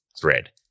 thread